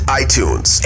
iTunes